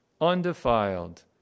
undefiled